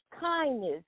kindness